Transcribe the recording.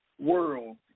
world